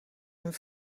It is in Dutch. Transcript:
een